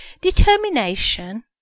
determination